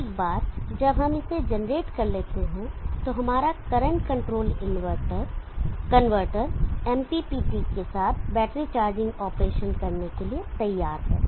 एक बार जब हम इसे जनरेट कर लेते हैं तो हमारा करंट कंट्रोल्ड कनवर्टर MPPT के साथ बैटरी चार्जिंग ऑपरेशन करने के लिए तैयार है